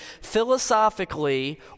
philosophically